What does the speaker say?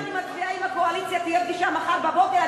ואם אני מצביעה עם הקואליציה תהיה פגישה מחר בבוקר?